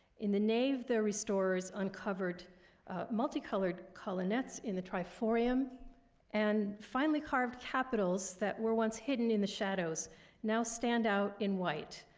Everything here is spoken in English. in the nave, the restorers uncovered multicolored colonnettes in the triforium and finely carved capitals that were once hidden in the shadows now stand out in white.